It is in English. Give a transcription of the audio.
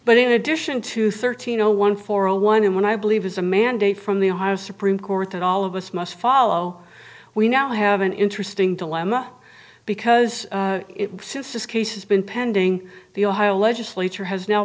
but in addition to thirteen zero one four a one in one i believe is a mandate from the ohio supreme court that all of us must follow we now have an interesting dilemma because since this case has been pending the ohio legislature has now